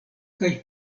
kaj